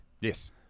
yes